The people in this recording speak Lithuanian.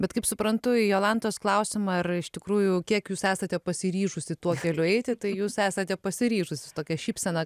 bet kaip suprantu į jolantos klausimą ar iš tikrųjų kiek jūs esate pasiryžusi tuo keliu eiti tai jūs esate pasiryžusi su tokia šypsena